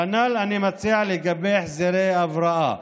כנ"ל אני מציע לגבי החזרי הבראה.